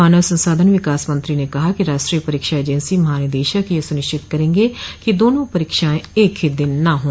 मानव संसाधन विकास मंत्री ने कहा कि राष्ट्रीय परीक्षा एजेंसी महानिदेशक ये सुनिश्चित करेंगे कि दोनों परीक्षाएं एक ही दिन न हों